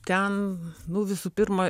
ten nu visų pirma